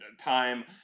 time